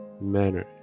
manner